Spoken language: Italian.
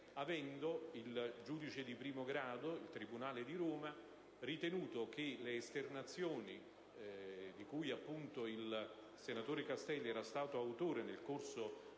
avendo il giudice di primo grado (il tribunale di Roma) ritenuto che le esternazioni di cui appunto il senatore Castelli era stato autore nel corso